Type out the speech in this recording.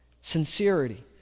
Sincerity